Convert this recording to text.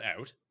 out